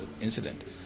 incident